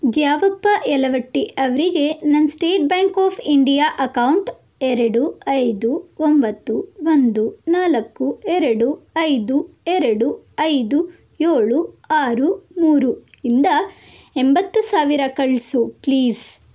ದ್ಯಾವಪ್ಪ ಯಲವಟ್ಟಿ ಅವರಿಗೆ ನನ್ನ State Bank of India account ಎರಡು ಐದು ಒಂಬತ್ತು ಒಂದು ನಾಲ್ಕು ಎರಡು ಐದು ಎರಡು ಐದು ಏಳು ಆರು ಮೂರು ಇಂದ ಎಂಬತ್ತು ಸಾವಿರ ಕಳಿಸು ಪ್ಲೀಸ್